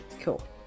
cool